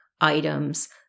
items